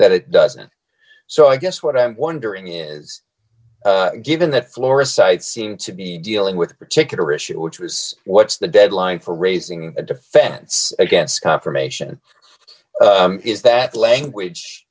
that it doesn't so i guess what i'm wondering is given that flora sites seem to be dealing with particular issue which was what's the deadline for raising a defense against confirmation is that language